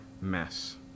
mess